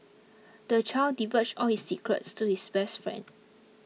the child divulged all his secrets to his best friend